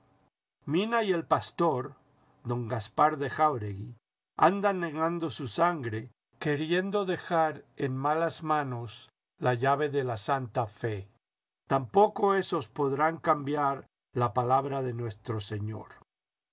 mina y el pastor don gaspar de jáuregui andan negando su sangre queriendo dejar en malas manos la llave de la santa fe tampoco esos podrán cambiar la palabra de nuestro señor